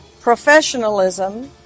professionalism